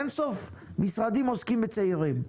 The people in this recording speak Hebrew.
אין סוף משרדים עוסקים בצעירים.